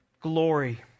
glory